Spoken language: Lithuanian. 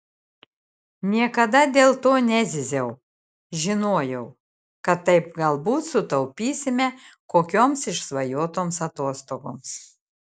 niekada dėl to nezyziau žinojau kad taip galbūt sutaupysime kokioms išsvajotoms atostogoms